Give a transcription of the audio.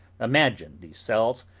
imagine these cells,